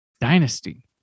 Dynasty